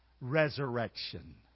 Resurrection